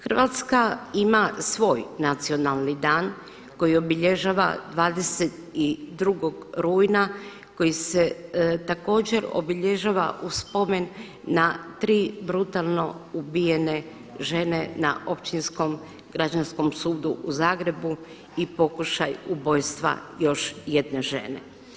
Hrvatska ima svoj nacionalni dan koji obilježava 22. rujna koji se također obilježava u spomen na tri brutalno ubijene žene na Općinskom građanskom sudu u Zagrebu i pokušaj ubojstva još jedne žene.